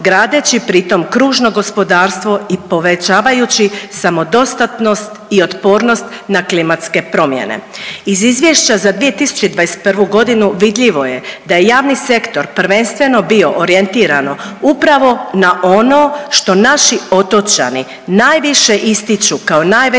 gradeći pritom kružno gospodarstvo i povećavajući samodostatnost i otpornost na klimatske promjene. Iz Izvješća za 2021. godinu vidljivo je da je javni sektor prvenstveno bio orijentirano upravo na ono što naši otočani najviše ističu kao najveće